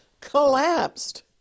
collapsed